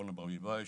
אורנה ברביבאי,